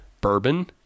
bourbon